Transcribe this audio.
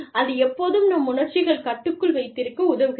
அது எப்போதும் நம் உணர்ச்சிகளை கட்டுக்குள் வைத்திருக்க உதவுகிறது